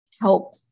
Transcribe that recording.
help